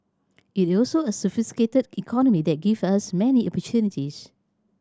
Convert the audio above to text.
it also a sophisticated economy that give us many opportunities